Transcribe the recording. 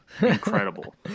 Incredible